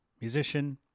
musician